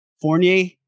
Fournier